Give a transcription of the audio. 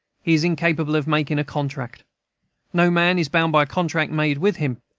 he is incapable of making a contract no man is bound by a contract made with him.